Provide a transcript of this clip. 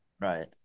Right